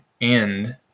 end